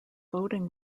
voting